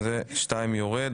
2 יורד.